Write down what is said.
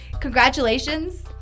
congratulations